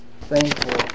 thankful